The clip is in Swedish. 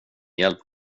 hjälp